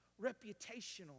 reputational